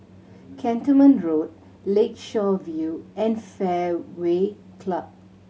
Cantonment Road Lakeshore View and Fairway Club